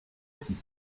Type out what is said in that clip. six